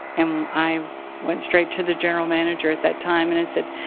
and i went straight to the general manager at that time and i said,